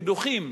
ודוחים,